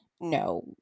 no